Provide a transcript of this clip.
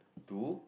two